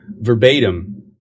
verbatim